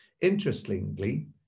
Interestingly